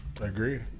Agreed